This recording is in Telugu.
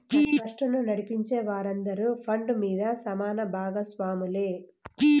ట్రస్టును నడిపించే వారందరూ ఫండ్ మీద సమాన బాగస్వాములే